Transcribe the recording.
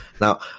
Now